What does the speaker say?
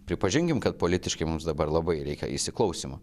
pripažinkime kad politiškai mums dabar labai reikia įsiklausymo